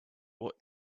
what